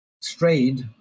strayed